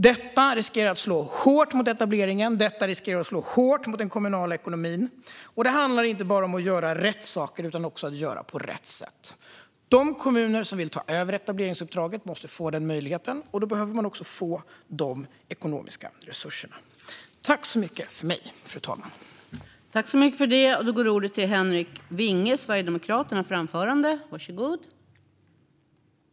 Detta riskerar att slå hårt mot etableringen och mot den kommunala ekonomin. Det handlar inte bara om att göra rätt saker utan också om att göra på rätt sätt. De kommuner som vill ta över etableringsuppdraget måste få den möjligheten, och då behöver de också få de ekonomiska resurser som behövs.